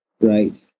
right